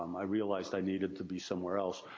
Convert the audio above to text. um i realized i needed to be somewhere else.